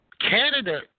Canada